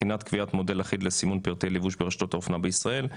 בחינת קביעת מודל אחיד לסימון פרטי לבוש ברשתות האופנה בישראל.